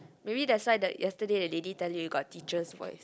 maybe that's why the yesterday the lady tell you you got teacher's voice